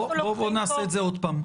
בואי נעשה את זה עוד פעם.